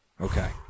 Okay